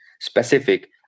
specific